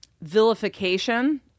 vilification